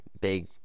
Big